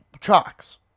chocks